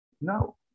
No